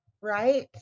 right